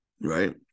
right